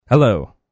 Hello